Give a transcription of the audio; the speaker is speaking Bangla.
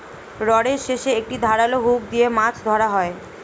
রডের শেষে একটি ধারালো হুক দিয়ে মাছ ধরা হয়